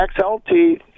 XLT